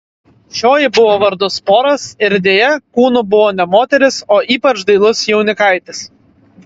šioji buvo vardu sporas ir deja kūnu buvo ne moteris o ypač dailus jaunikaitis